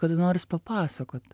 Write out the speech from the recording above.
kada noris papasakot